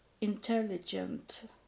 intelligent